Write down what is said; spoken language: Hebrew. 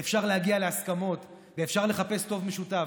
ואפשר להגיע להסכמות, ואפשר לחפש טוב משותף.